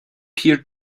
peer